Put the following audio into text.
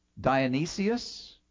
Dionysius